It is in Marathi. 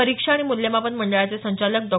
परीक्षा आणि मूल्यमापन मंडळाचे संचालक डॉ